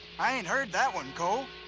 i ain't heard that one, cole.